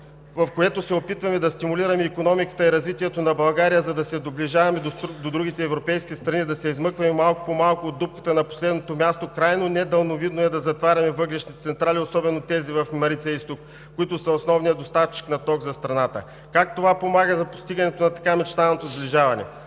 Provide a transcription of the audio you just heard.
в което се опитваме да стимулираме икономиката и развитието на България, за да се доближаваме до другите европейски страни, да се измъкваме малко по малко от дупката на последното място, крайно недалновидно е да затваряме въглищните централи, особено тези в „Марица изток“, които са основният доставчик на ток за страната. Как това помага за постигането на така мечтаното сближаване?